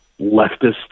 leftist